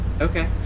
Okay